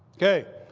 ok.